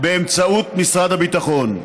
באמצעות משרד הביטחון.